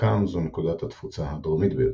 שלחלקם זו נקודת התפוצה הדרומית ביותר.